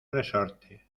resorte